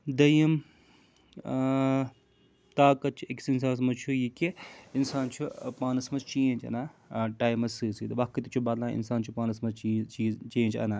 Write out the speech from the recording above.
دوٚیِم طاقت چھُ أکِس اِنسانَس منٛز چھُ یہِ کہِ انسان چھُ پانَس منٛز چینج اَنان ٹایمس سۭتۍ سۭتۍ وقت تہِ چھُ بَدلان انسان چھُ پانَس منٛز چیٖز چیٖز چینج اَنان